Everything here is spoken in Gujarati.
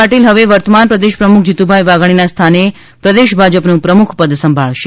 પાટીલ હવે વર્તમાન પ્રદેશ પ્રમુખ જીતુભાઇ વાઘાણીના સ્થાને પ્રદેશ ભાજપનું પ્રમુખ પદ સંભાળશે